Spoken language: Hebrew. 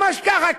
ממש ככה,